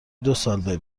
دوسال